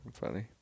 funny